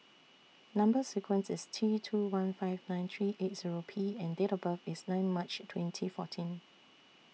Number sequence IS T two one five nine three eight Zero P and Date of birth IS nine March twenty fourteen